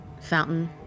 fountain